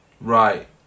Right